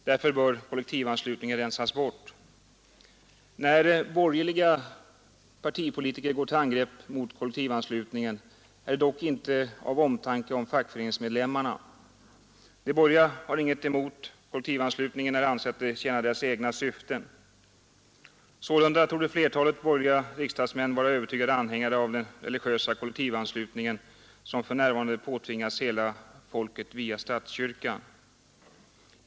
Därför bör kollektivanslutningen rensas bort. När borgerliga partipolitiker går till angrepp mot kollektivanslutningen är det dock inte av omtanke om fackföreningsmedlemmarna. De borgerliga har inget emot kollektivanslutningen när de anser att den tjänar deras egna syften. Sålunda torde flertalet borgerliga riksdagsmän vara övertygade anhängare av den religiösa kollektivanslutning som för närvarande påtvingas hela folket via statskyrkan.